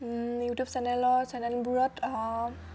YouTube চেনেলৰ চেনেলবোৰত